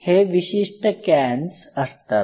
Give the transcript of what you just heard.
हे विशिष्ट कॅन्स असतात